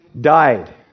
died